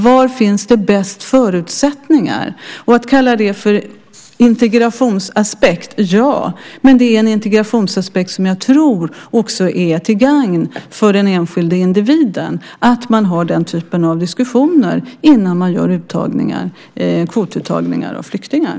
Var finns det bäst förutsättningar? Man kan kalla det för integrationsaspekt, ja, men det är en integrationsaspekt som jag också tror är till gagn för den enskilde individen - att man har den typen av diskussioner innan man gör kvotuttagningar av flyktingar.